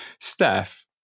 steph